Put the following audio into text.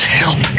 help